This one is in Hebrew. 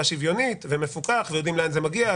שוויונית ומפוקחת ויודעים לאן זה מגיע,